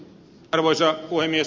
arvoisa puhemies